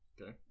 okay